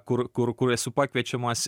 kur kur kur esu pakviečiamas